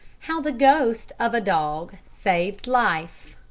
how the ghost of a dog saved life